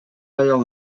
аялы